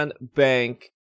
Bank